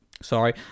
Sorry